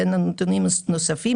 אין לנו נתונים נוספים.